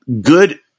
good